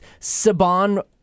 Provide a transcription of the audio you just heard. Saban